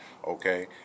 Okay